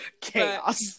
chaos